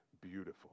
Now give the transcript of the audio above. beautiful